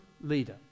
leader